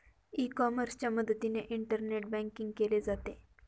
E कॉमर्सच्या मदतीने internet banking केले जाते